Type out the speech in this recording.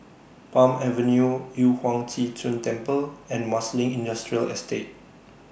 Palm Avenue Yu Huang Zhi Zun Temple and Marsiling Industrial Estate